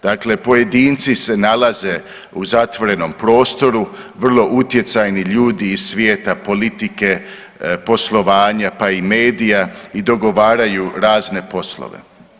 Dakle, pojedinci se nalaze u zatvorenom prostoru, vrlo utjecajni ljudi iz svijeta politike, poslovanja pa i medija i dogovaraju razne poslove.